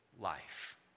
life